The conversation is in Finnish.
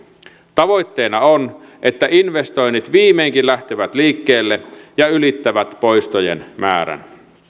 tavoitteena on että investoinnit viimeinkin lähtevät liikkeelle ja ylittävät poistojen määrän